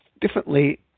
differently